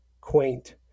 quaint